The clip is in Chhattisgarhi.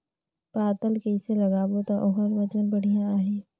पातल कइसे लगाबो ता ओहार वजन बेडिया आही?